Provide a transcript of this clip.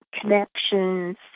connections